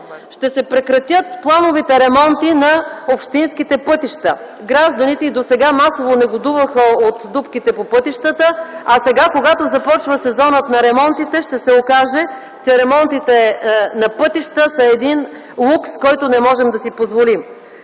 Ще се прекратят плановите ремонти на общинските пътища. Гражданите и досега масово негодуваха от дупките по пътищата. Сега, когато започва сезонът на ремонтите, ще се окаже, че ремонтът на пътища е един лукс, който не можем да си позволим.